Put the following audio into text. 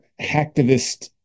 hacktivist